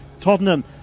Tottenham